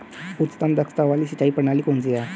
उच्चतम दक्षता वाली सिंचाई प्रणाली कौन सी है?